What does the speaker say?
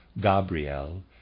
Gabriel